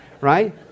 right